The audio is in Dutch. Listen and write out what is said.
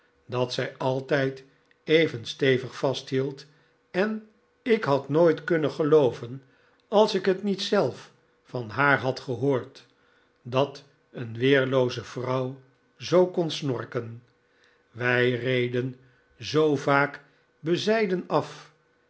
dat zij altijd even stevig vasthield en ik had nooit kunnen gelooven als ik het niet zelf van haar had gehoord dat een weerlooze vrouw zoo kon snorken wij reden zoo vaak bezijden af